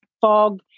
fog